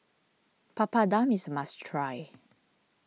Papadum is a must try